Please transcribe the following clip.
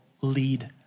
lead